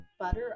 butter